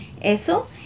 eso